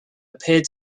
appeared